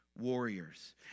Warriors